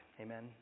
Amen